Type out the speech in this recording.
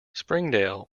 springdale